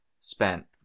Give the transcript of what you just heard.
Spent